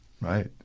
Right